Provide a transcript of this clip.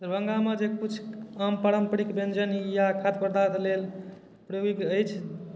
दरभङ्गामे जे कुछ आम पारम्परिक व्यञ्जन या खाद्य पदार्थ लेल प्रयोगिक अछि